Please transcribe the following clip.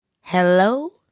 Hello